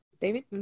David